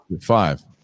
Five